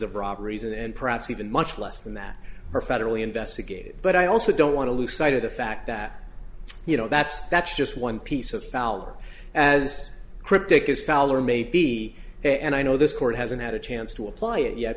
of robberies and perhaps even much less than that are federally investigated but i also don't want to lose sight of the fact that you know that's that's just one piece of foul as cryptic is fouler may be and i know this court hasn't had a chance to apply it yet